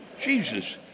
Jesus